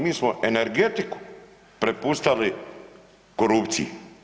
Mi smo energetiku prepuštali korupciji.